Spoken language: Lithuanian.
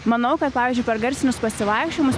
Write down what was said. manau kad pavyzdžiui per garsinius pasivaikščiojimus